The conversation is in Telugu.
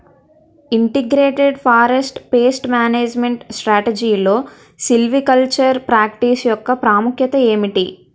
ఇంటిగ్రేటెడ్ ఫారెస్ట్ పేస్ట్ మేనేజ్మెంట్ స్ట్రాటజీలో సిల్వికల్చరల్ ప్రాక్టీస్ యెక్క ప్రాముఖ్యత ఏమిటి??